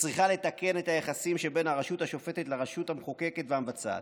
שצריכה לתקן את היחסים שבין הרשות השופטת לרשות המחוקקת והמבצעת.